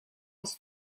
was